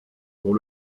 pour